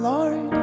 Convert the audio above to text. Lord